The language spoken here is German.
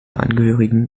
angehörigen